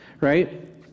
Right